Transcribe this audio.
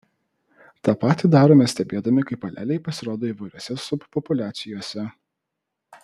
tą patį darome stebėdami kaip aleliai pasirodo įvairiose subpopuliacijose